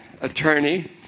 attorney